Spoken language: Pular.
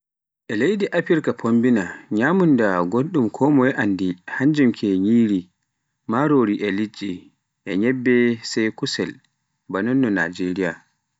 E leydi Afirka fombina nyamunda gonɗum konmoye anndi e hannjum ke nyiri, marori e liɗɗi e nyebbe sai kusel ba nonno Najeriya.